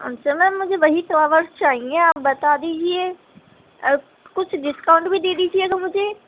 کون سے میم مجھے وہی فلاورس چاہیے آپ بتا دیجیے کچھ ڈسکاؤنٹ بھی دے دیجیے گا مجھے